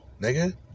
nigga